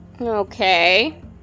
Okay